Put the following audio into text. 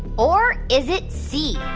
or is it c,